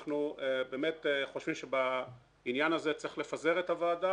אנחנו באמת חושבים שבעניין הזה צריך לפזר את הוועדה